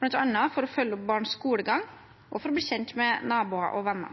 for å følge opp barns skolegang og for å bli kjent med naboer og venner.